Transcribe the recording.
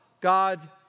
God